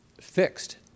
fixed